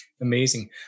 Amazing